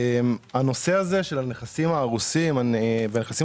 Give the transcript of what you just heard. הנושא הזה של הנכסים ההרוסים והנכסים